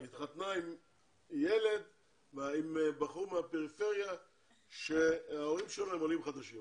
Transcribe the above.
היא התחתנה עם בחור מהפריפריה שההורים שלו הם עולים חדשים,